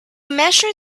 measure